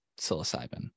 psilocybin